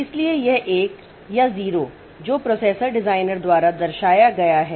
इसलिए यह 1 या 0 जो प्रोसेसर डिजाइनर द्वारा दर्शाया गया है